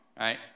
right